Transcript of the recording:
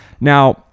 Now-